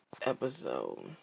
episode